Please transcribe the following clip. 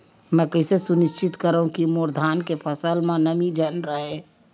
मैं कइसे सुनिश्चित करव कि मोर धान के फसल म नमी झन रहे?